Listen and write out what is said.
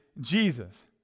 Jesus